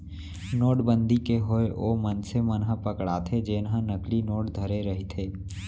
नोटबंदी के होय ओ मनसे मन ह पकड़ाथे जेनहा नकली नोट धरे रहिथे